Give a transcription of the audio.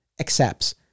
accepts